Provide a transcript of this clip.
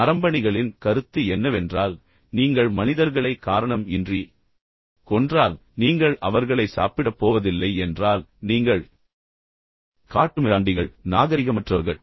நரம்பணிகளின் கருத்து என்னவென்றால் நீங்கள் மனிதர்களை காரணம் இன்றி கொன்றால் பின்னர் நீங்கள் அவர்களை சாப்பிடப் போவதில்லை என்றால் எனவே நீங்கள் உண்மையில் காட்டுமிராண்டிகள் நீங்கள் நாகரிகமற்றவர்கள்